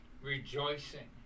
rejoicing